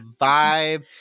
vibe